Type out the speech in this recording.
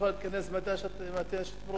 הכנסת יכולה להתכנס מתי שאנחנו רוצים.